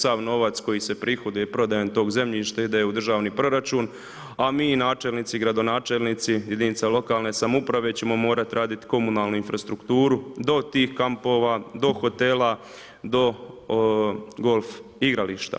Sav novac koji se prihoduje prodajom tog zemljišta ide u državni proračun, a mi načelnici, gradonačelnici, jedinice lokalne samouprave, ćemo morati graditi komunalnu infrastrukturu, do tih kampova, do hotela, do golf igrališta.